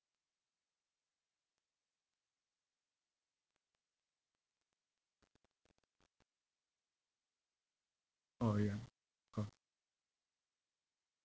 orh ya got